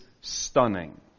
stunning